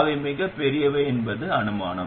அவை மிகப் பெரியவை என்பது அனுமானம்